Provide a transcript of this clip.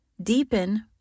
deepen